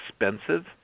expensive